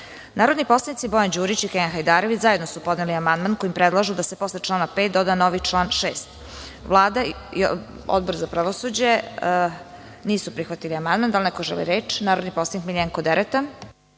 glasa. Narodni poslanici Bojan Đurić i Kenan Hajdarević zajedno su podneli amandman kojim predlažu da se posle člana 5. doda novi član 6.Vlada i Odbor za pravosuđe nisu prihvatili amandman. Da li neko želi reč? Narodni poslanik Miljenko Dereta.